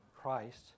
Christ